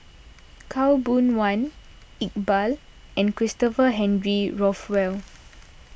Khaw Boon Wan Iqbal and Christopher Henry Rothwell